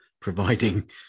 providing